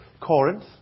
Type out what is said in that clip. Corinth